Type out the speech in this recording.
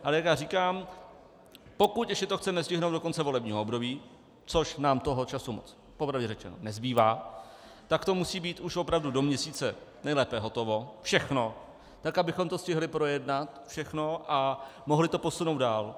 Ale jak já říkám, pokud ještě to chceme stihnout do konce volebního období, což nám toho času moc po pravdě řečeno nezbývá, tak to musí být už opravdu do měsíce nejlépe hotovo, všechno, tak abychom to stihli projednat všechno a mohli to posunout dál.